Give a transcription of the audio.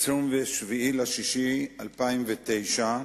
27 ביוני 2009,